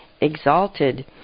exalted